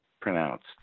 pronounced